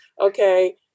okay